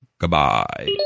Goodbye